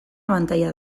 abantaila